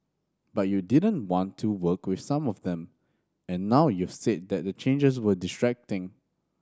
but you didn't want to work with some of them and now you've said that the changes were distracting